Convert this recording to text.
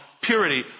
purity